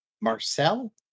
Marcel